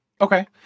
Okay